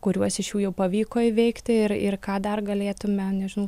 kuriuos iš jų jau pavyko įveikti ir ir ką dar galėtume nežinau